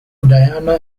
diana